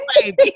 baby